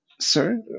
Sir